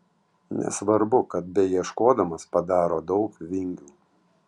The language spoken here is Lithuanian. nesvarbu kad beieškodamas padaro daug vingių